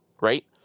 Right